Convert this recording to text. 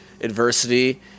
adversity